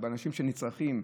באנשים נצרכים,